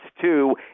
two